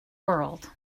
world